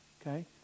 okay